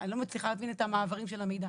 אני לא מצליחה להבין את המעברים של המידע.